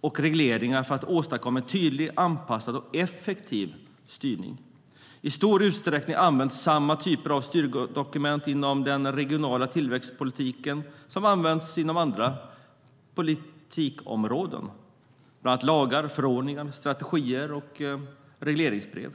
och regleringar för att åstadkomma en tydlig, anpassad och effektiv styrning. I stor utsträckning används samma typer av styrdokument inom den regionala tillväxtpolitiken som används inom andra politikområden, bland annat lagar, förordningar, strategier och regleringsbrev.